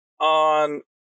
On